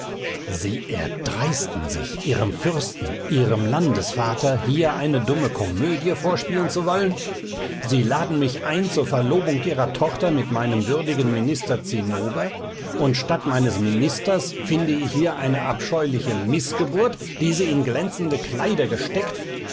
sie erdreisten sich ihrem fürsten ihrem landesvater hier eine dumme komödie vorspielen zu wollen sie laden mich ein zur verlobung ihrer tochter mit meinem würdigen minister zinnober und statt meines ministers finde ich hier eine abscheuliche mißgeburt die sie in glänzende kleider gesteckt